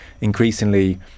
increasingly